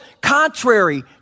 contrary